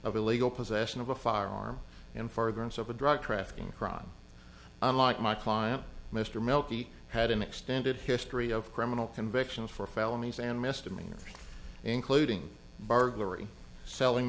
of illegal possession of a firearm in furtherance of a drug trafficking crime unlike my client mr milky had an extended history of criminal convictions for felonies and misdemeanors including burglary selling